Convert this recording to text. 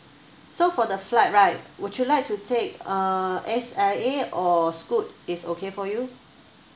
so for the flight right would you like to take uh S_I_A or scoot is okay for you